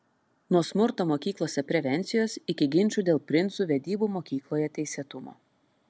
nuo smurto mokyklose prevencijos iki ginčų dėl princų vedybų mokykloje teisėtumo